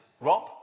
Rob